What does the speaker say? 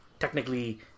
Technically